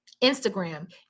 Instagram